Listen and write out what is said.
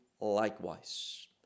likewise